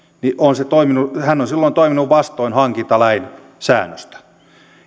niin hän on silloin toiminut vastoin hankintalain säännöstä